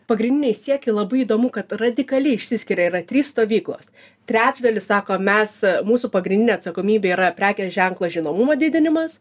pagrindiniai siekiai labai įdomu kad radikaliai išsiskiria yra trys stovyklos trečdalis sako mes mūsų pagrindinė atsakomybė yra prekės ženklo žinomumo didinimas